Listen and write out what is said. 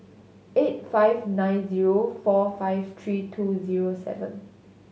eight five nine zero four five three two zero seven